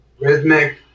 rhythmic